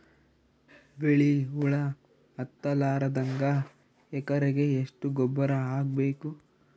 ಬಿಳಿ ಹುಳ ಹತ್ತಲಾರದಂಗ ಎಕರೆಗೆ ಎಷ್ಟು ಗೊಬ್ಬರ ಹಾಕ್ ಬೇಕು?